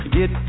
get